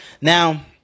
Now